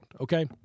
okay